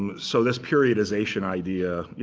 um so this periodization idea, yeah